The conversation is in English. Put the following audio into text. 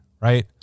right